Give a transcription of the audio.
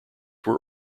were